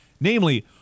namely